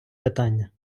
питання